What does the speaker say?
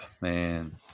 Man